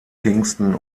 kingston